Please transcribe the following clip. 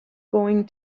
going